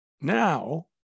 Now